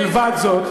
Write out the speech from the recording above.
אה, איזה יופי.